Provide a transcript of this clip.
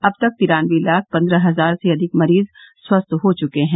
अब तक तिरानबे लाख पन्द्रह हजार से अधिक मरीज स्वस्थ हो चुके हैं